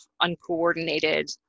uncoordinated